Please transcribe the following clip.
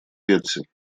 бетси